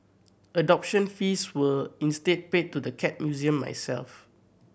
adoption fees were instead paid to the Cat Museum myself